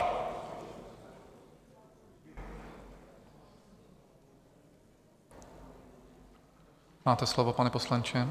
Máte slovo, pane poslanče.